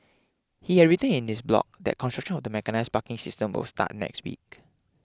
he had written in his blog that construction of the mechanised parking system will start next week